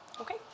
Okay